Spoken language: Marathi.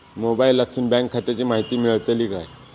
मोबाईलातसून बँक खात्याची माहिती मेळतली काय?